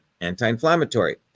anti-inflammatory